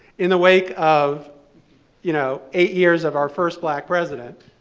in the wake of you know eight years of our first black president,